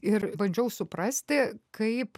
ir bandžiau suprasti kaip